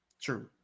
True